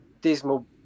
dismal